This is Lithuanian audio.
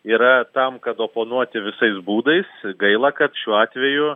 yra tam kad oponuoti visais būdais gaila kad šiuo atveju